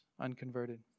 unconverted